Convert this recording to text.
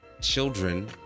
children